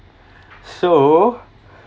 so